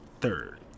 third